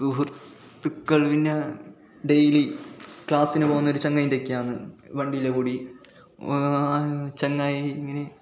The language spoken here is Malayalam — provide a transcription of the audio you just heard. സുഹൃത്തുക്കൾ പിന്നെ ഡേയ്ലി ക്ലാസ്സിന് പോകുന്ന ഒര് ചങ്ങാതിൻ്റ ഒക്കെയാണ് വണ്ടിയിൽ കൂടി ചങ്ങാതി ഇങ്ങ്ന്ന്